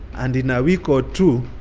and in a week or two,